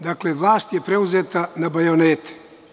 Dakle, vlast je preuzeta na bajonetima.